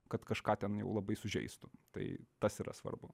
kad kažką ten jau labai sužeistų tai tas yra svarbu